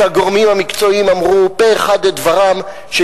כשהגורמים המקצועיים אמרו פה-אחד את דברם,